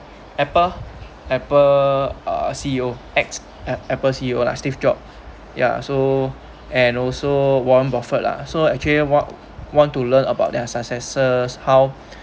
Apple Apple uh C_E_O ex apple C_E_O lah steve job ya so and also warren buffett lah so actually want want to learn about their successors how